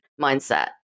mindset